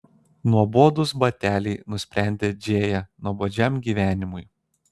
nuobodūs bateliai nusprendė džėja nuobodžiam gyvenimui